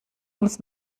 uns